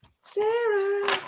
Sarah